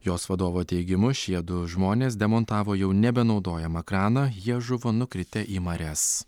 jos vadovo teigimu šie du žmonės demontavo jau nebenaudojamą kraną jie žuvo nukritę į marias